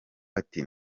ati